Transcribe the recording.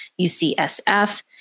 UCSF